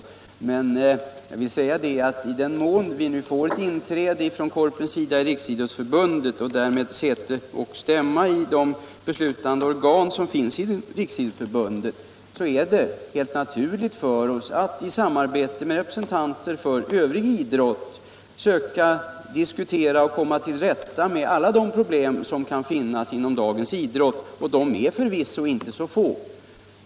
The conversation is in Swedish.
Om vi får med Korporationsidrottsförbundet i Riksidrottsförbundet och därmed säte och stämma i de beslutande organ som finns i Riksidrottsförbundet är det helt naturligt för oss att i samarbete med representanter för övrig idrott söka diskutera och komma till rätta med alla de problem som kan finnas inom dagens idrott, och de är förvisso inte så få.